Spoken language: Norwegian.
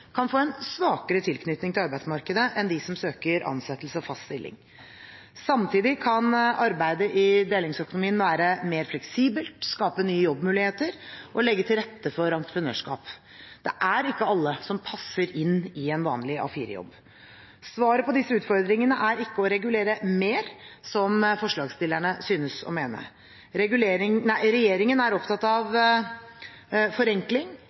kan få en svakere tilknytning til arbeidsmarkedet enn de som søker ansettelse og fast stilling. Samtidig kan arbeidet i delingsøkonomien være mer fleksibelt, skape nye jobbmuligheter og legge til rette for entreprenørskap. Det er ikke alle som passer inn i en vanlig A4-jobb. Svaret på disse utfordringene er ikke å regulere mer, som forslagsstillerne synes å mene. Regjeringen er opptatt av forenkling